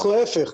אנחנו להיפך,